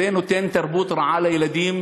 זה נותן תרבות רעה לילדים,